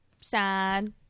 sad